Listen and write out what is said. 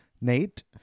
nate